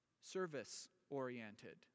service-oriented